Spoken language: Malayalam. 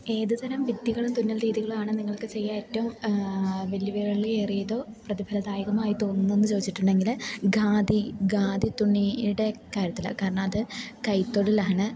ഏത് തരം വിദ്യകളും തുന്നൽ രീതികളാണ് നിങ്ങൾക്ക് ചെയ്യാൻ ഏറ്റവും വെല്ലുവിളിയേറിയതോ പ്രതിഫലദായകമായി തോന്നുന്നത് എന്ന് ചോദിച്ചിട്ടുണ്ടെങ്കില് ഖാദി ഖാദി തുണിയുടെ കാര്യത്തിലാണ് കാരണം അത് കൈത്തൊഴിലാണ്